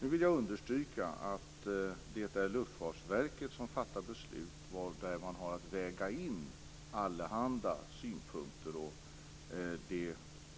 Jag vill understryka att det är Luftfartsverket som fattar detta beslut, där man har att väga in allehanda synpunkter, och